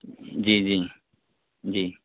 جی جی جی